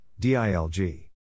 DILG